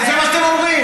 זה מה שאתם אומרים.